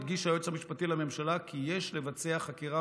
הדגיש היועץ המשפטי לממשלה כי יש לבצע חקירות